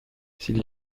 s’il